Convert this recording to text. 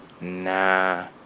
nah